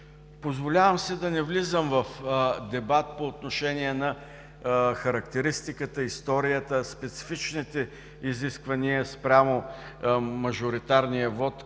Позволявам си да не влизам в дебат по отношение на характеристиката и историята, специфичните изисквания спрямо мажоритарния вот